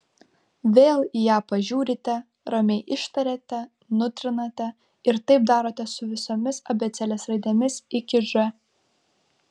vėl į ją pažiūrite ramiai ištariate nutrinate ir taip darote su visomis abėcėlės raidėmis iki ž